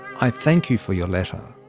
i thank you for your letter.